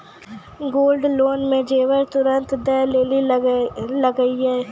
Gold loan मे जेबर तुरंत दै लेली लागेया?